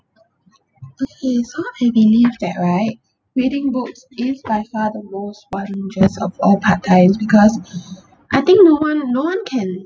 okay so I believe that right reading books is by far the most wondrous of all pastime because I think no one no one can